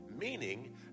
Meaning